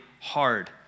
hard